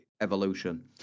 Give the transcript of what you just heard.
evolution